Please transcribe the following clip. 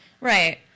Right